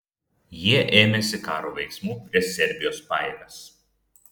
jie ėmėsi karo veiksmų prieš serbijos pajėgas